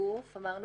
אמרנו